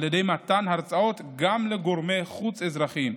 ידי מתן הרצאות גם לגורמי חוץ אזרחיים.